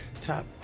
Top